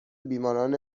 بیماران